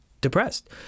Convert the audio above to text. depressed